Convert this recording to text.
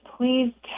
Please